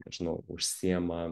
nežinau užsiema